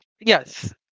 Yes